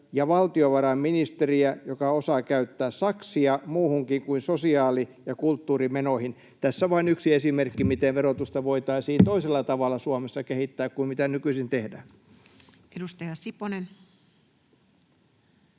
ja valtiovarainministeriä, joka osaa käyttää saksia muuhunkin kuin sosiaali- ja kulttuurimenoihin.” Tässä vain yksi esimerkki, miten verotusta voitaisiin Suomessa kehittää toisella tavalla kuin mitä nykyisin tehdään. [Speech